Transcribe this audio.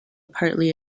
partly